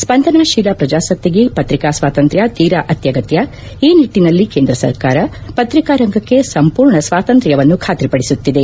ಸ್ಪಂದನಾತೀಲ ಪ್ರಜಾಸತ್ತೆಗೆ ಪ್ರತಿಕಾ ಸ್ನಾತಂತ್ರ್ನ ತೀರ ಅತ್ಯಗತ್ನ ಈ ನಿಟ್ಲನಲ್ಲಿ ಕೇಂದ್ರ ಸರ್ಕಾರ ಪ್ರತಿಕಾ ರಂಗಕ್ಕೆ ಸಂಪೂರ್ಣ ಸ್ವಾತಂತ್ರ್ಯವನ್ನು ಖಾತ್ರಿಪಡಿಸುತ್ತಿದೆ